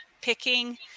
picking